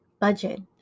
Budget